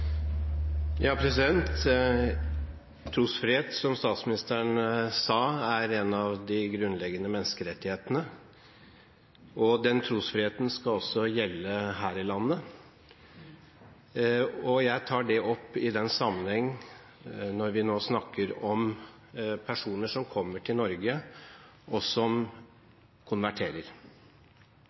Trosfrihet er, som statsministeren sa, en av de grunnleggende menneskerettighetene. Den trosfriheten skal også gjelde her i landet, og jeg tar det opp i denne sammenheng – vi snakker nå om personer som kommer til Norge, og som konverterer.